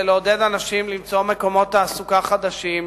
לעודד אנשים למצוא מקומות תעסוקה חדשים.